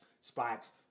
spots